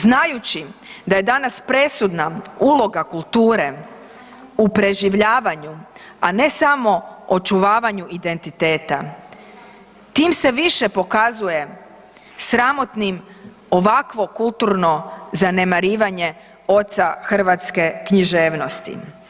Znajući da je danas presudna uloga kulture u preživljavanju, a ne samo očuvavanju identiteta tim se više pokazuje sramotnim ovakvo kulturno zanemarivanje oca hrvatske književnosti.